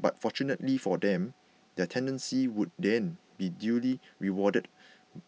but fortunately for them their tenacity would then be duly rewarded